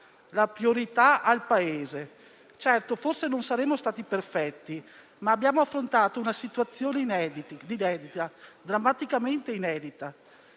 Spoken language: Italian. la priorità al Paese. Certo, forse non siamo stati perfetti, ma abbiamo affrontato una situazione drammaticamente inedita.